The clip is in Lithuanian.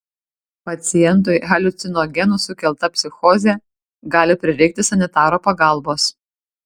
pacientui haliucinogenų sukelta psichozė gali prireikti sanitaro pagalbos